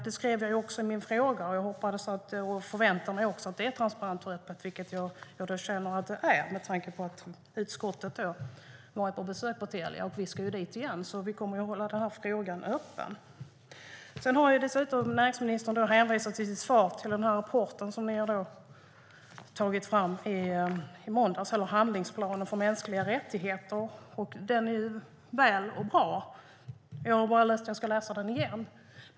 Det skrev jag också i min fråga, och jag förväntar mig att det är transparent och öppet. Det känner jag att det är i och med att utskottet har besökt Telia och ska dit igen. Vi kommer alltså att hålla frågan öppen. I sitt svar hänvisar näringsministern till handlingsplanen för mänskliga rättigheter som kom i måndags. Jag har läst den, och jag ska läsa den igen.